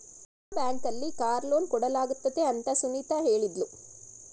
Canara bank ಅಲ್ಲಿ car loan ಕೊಡಲಾಗುತ್ತದೆ ಅಂತ ಸುನಿತಾ ಹೇಳಿದ್ಲು